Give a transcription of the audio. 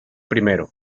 primero